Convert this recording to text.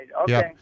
Okay